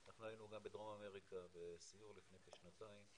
אנחנו היינו גם בדרום אמריקה בסיור לפני כשנתיים,